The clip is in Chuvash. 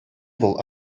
вӑл